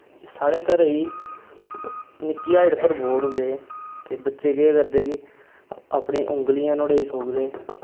कि साढ़े घरे ई निक्की हाइट पर बोर्ड होंदे ते बच्चे केह् करदे कि अपनी उंगलियां नुआढ़े च ठोकदे